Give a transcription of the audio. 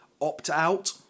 opt-out